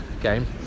game